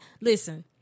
listen